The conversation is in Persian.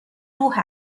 روح